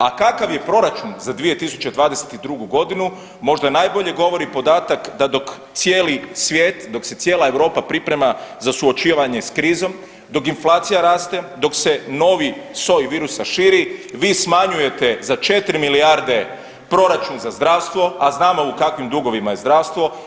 A kakav je proračun za 2022. godinu možda najbolje govori podatak da dok cijeli svijet, dok se cijela Europa priprema za suočavanje sa krizom, dok inflacija raste, dok se novi soj virusa širi vi smanjujete za 4 milijarde proračun za zdravstvo, a znamo u kakvim dugovima je zdravstvo.